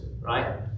right